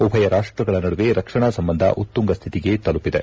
ಉಭಯ ರಾಷ್ಟಗಳ ನಡುವೆ ರಕ್ಷಣಾ ಸಂಬಂಧ ಉತ್ತುಂಗ ಸ್ಥಿತಿಗೆ ತಲುಪಿದೆ